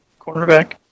cornerback